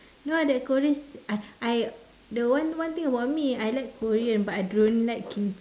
no that korean's ah I the one one thing about me I like korean but I don't like kimchi